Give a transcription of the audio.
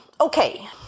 Okay